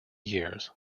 years